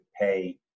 pay